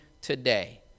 today